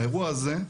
האירוע הזה.